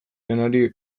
janari